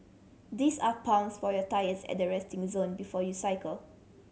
this are pumps for your tyres at the resting zone before you cycle